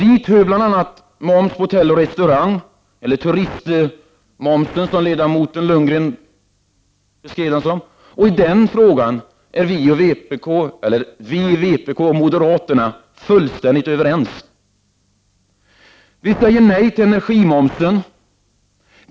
Dit hör bl.a. moms på hotell och restauranger, eller turistmomsen, som ledamot Lundgren beskrev den som. I den frågan är vi i vpk och moderaterna fullständigt överens. Vi säger nej till energimomsen.